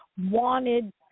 wanted